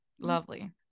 Lovely